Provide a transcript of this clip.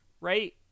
right